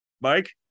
Mike